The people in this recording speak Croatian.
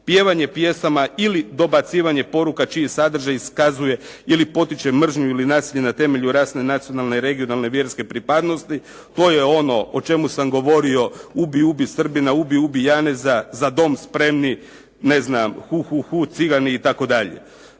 pjevanje pjesama ili dobacivanje poruka čiji sadržaj iskazuje ili potiče mržnju ili nasilje na temelju rasne, nacionalne, regionalne, vjerske pripadnosti. To je ono o čemu sam govorio “ubi, ubi Srbina“, “ubi, ubi Janeza“, “za dom spremni“, ne znam “hu, hu, hu Cigani“ itd.